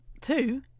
Two